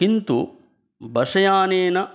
किन्तु बश्यानेन